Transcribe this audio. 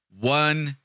one